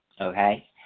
okay